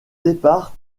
départ